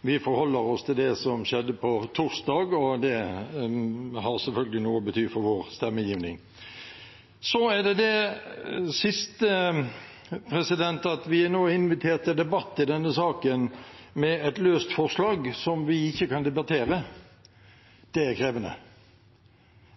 vi forholder oss til det som skjedde på torsdag, og det har selvfølgelig noe å bety for vår stemmegivning. Så er det det siste, at vi nå er invitert til debatt i denne saken med et løst forslag som vi ikke kan debattere. Det er krevende.